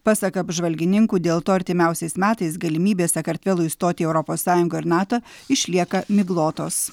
pasak apžvalgininkų dėl to artimiausiais metais galimybės sakartvelui stoti į europos sąjungą ir nato išlieka miglotos